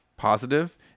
Positive